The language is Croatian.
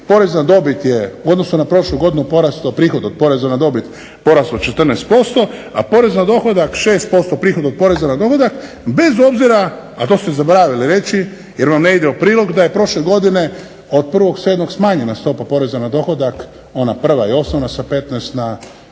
porez na dobit je u odnosu na prošlu godinu porastao, prihod od poreza na dobit porastao 14%, a porez na dohodak 6%, prihod od poreza na dohodak bez obzira, a to ste zaboravili reći jer vam ne ide u prilog da je prošle godine od 1.07. smanjena stopa poreza na dohodak, ona prva i osnovna, sa 15